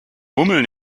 hummeln